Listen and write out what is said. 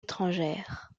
étrangère